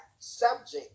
subject